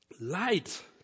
light